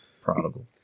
prodigal